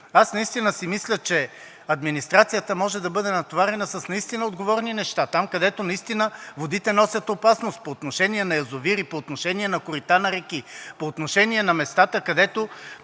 администрация. Мисля, че администрацията може да бъде натоварена с отговорни неща – там, където наистина водите носят опасност – по отношение на язовири, по отношение на корита на реки, по отношение на местата, където